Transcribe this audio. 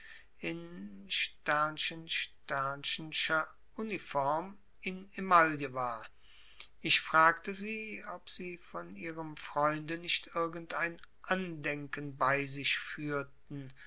in scher uniform in emaille war ich fragte sie ob sie von ihrem freunde nicht irgendein andenken bei sich